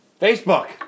Facebook